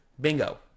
Bingo